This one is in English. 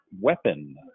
weapon